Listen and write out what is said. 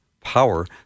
power